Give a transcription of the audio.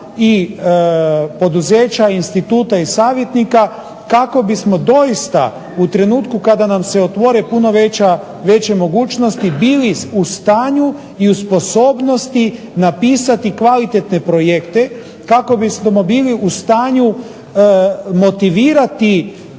i poduzeća instituta i savjetnika, kako bismo doista u trenutku kada nam se otvore puno veće mogućnosti bili u stanju i u sposobnosti napisati kvalitetne projekte, kako bismo bili u stanju motivirati